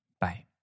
Bye